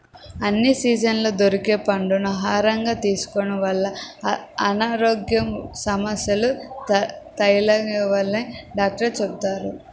అన్ని సీజన్లలో దొరికే పండ్లని ఆహారంగా తీసుకోడం వల్ల అనారోగ్య సమస్యలు తలెత్తవని డాక్టర్లు చెబుతున్నారు